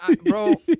bro